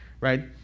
Right